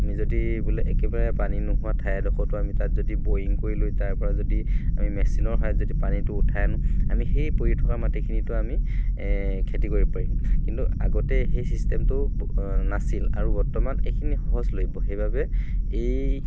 আমি যদি বোলে একেবাৰে পানী নোহোৱা ঠাই এডোখৰতো আমি তাত যদি ব'য়িং কৰি লৈ তাৰ পৰা যদি আমি মেচিনৰ সহায়ত যদি পানীটো উঠাই আনো আমি সেই পৰি থকা মাটিখিনিতো আমি খেতি কৰিব পাৰিম কিন্তু আগতে সেই চিষ্টেমটো নাছিল আৰু বৰ্তমান এইখিনি সহজলভ্য সেইবাবে এই